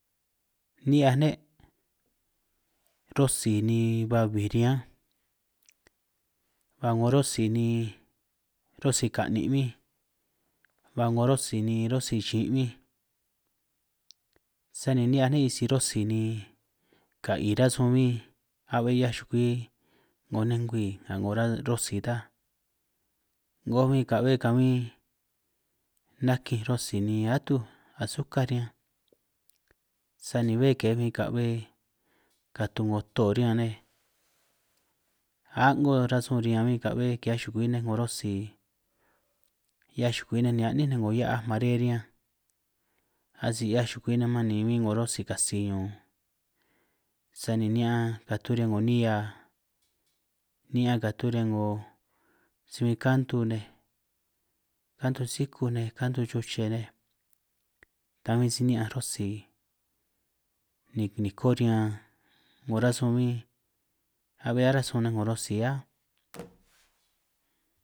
Ni'hiaj ne' rosi ni ba bij riñanj, ba 'ngo rosi ni rosi ka'nin' bin, ba 'ngo rosi ni rosi lli' bin, sani ni'hiaj ne' sisi rosi ni ka'i rasun bin, a'be 'hiaj chukwi 'ngo nej ngwi nga 'ngo rosin ta, 'ngoj bin ka'hue kabin nakinj rosi ni atuj asucar riñanj, sani be kej bin ka'be katu 'ngo too riñan nej, a'ngo rasun riñan bin ka'be ki'hiaj nej 'ngo rosi, 'hiaj chugwi nej ni a'nin ninj 'ngoj hia'aj mare riñanj, asi 'hiaj chukwi nej man nej bin 'ngo rosi katsi ñun, sani ni'ñan riñan 'ngo nihia ni'ñan katu riñan 'ngo si bin ka'ndu nej kandu sikuj nej, kandu chuche nej, ta bin si ni'ñanj rosi ni niko riñan 'ngo rasun bin a'be aranj sun nej 'ngo rosi áj.